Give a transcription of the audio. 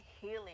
healing